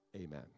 Amen